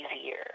easier